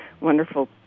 wonderful